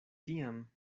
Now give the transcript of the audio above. tiam